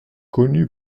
connu